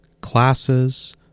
classes